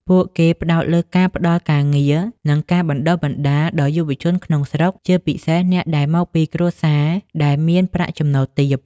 ពួកគេផ្តោតលើការផ្តល់ការងារ និងការបណ្តុះបណ្តាលដល់យុវជនក្នុងស្រុក ជាពិសេសអ្នកដែលមកពីគ្រួសារដែលមានប្រាក់ចំណូលទាប ។